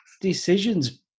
decisions